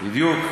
בדיוק.